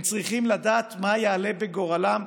הם צריכים לדעת מה יעלה בגורלם,